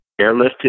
airlifted